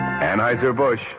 Anheuser-Busch